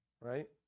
right